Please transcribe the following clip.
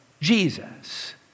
Jesus